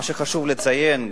מה שחשוב לציין,